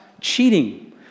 cheating